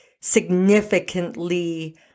significantly